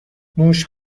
موش